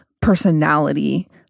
personality